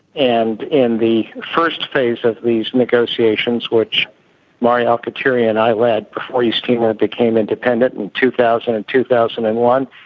and in the first phase of these negotiations, which mari alkatiri and i led before east timor became independent in two thousand and two thousand and one,